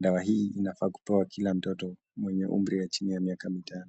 Dawa hii inafaa kupewa kila mtoto mwenye umri wa chini ya miaka mitano.